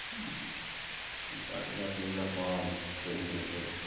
ஒன்றும் பாதுகாப்பு இல்லை இப்போது பெண்களுக்கு